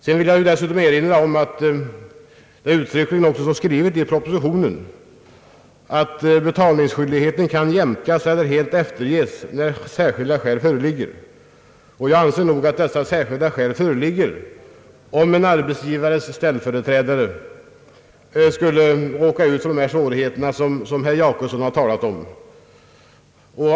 Sedan vill jag också erinra om att det uttryckligen står skrivet i propositionen att betalningsskyldigheten kan jämkas eller helt efterges när särskilda skäl föreligger. Jag anser att dessa särskilda skäl föreligger om en arbetsgivares ställföreträdare skulle råka ut för de svårigheter som herr Jacobsson talade om.